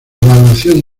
evaluación